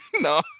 No